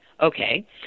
Okay